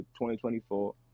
2024